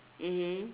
mmhmm